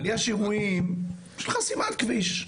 אבל יש אירועים של חסימת כביש,